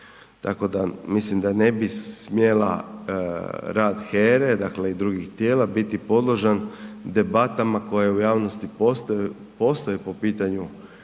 Tako da mislim da ne bi smjela rad HERE, dakle i drugih tijela biti podložan debatama koje u javnosti postoje po pitanju